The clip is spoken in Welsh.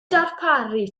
darparu